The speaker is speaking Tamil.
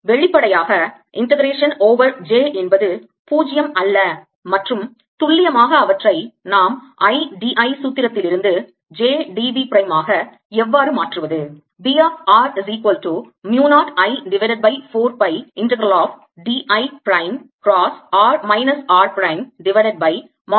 வெளிப்படையாக integration over j என்பது பூஜ்ஜியம் அல்ல மற்றும் துல்லியமாக அவற்றை நாம் I d I சூத்திரத்திலிருந்து j d v பிரைம் ஆக எவ்வாறு மாற்றுவது